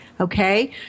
Okay